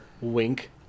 wink